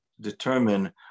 determine